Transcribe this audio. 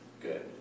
good